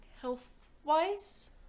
health-wise